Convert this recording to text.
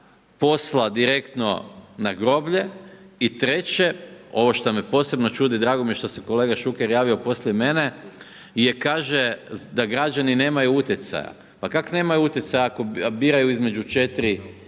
posla direktno na groblje i treće, ovo što me posebno čudi, drago mi je što se kolega Šuker javio poslije mene, je kaže, da građani nemaju utjecaja. Pa kako nemaju utjecaja ako biraju između 4,